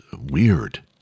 weird